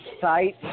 site